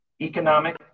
economic